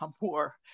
War